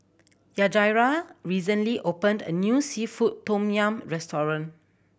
Yajaira recently opened a new seafood tom yum restaurant